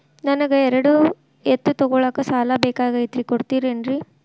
ನನಗ ಎರಡು ಎತ್ತು ತಗೋಳಾಕ್ ಸಾಲಾ ಬೇಕಾಗೈತ್ರಿ ಕೊಡ್ತಿರೇನ್ರಿ?